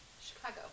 Chicago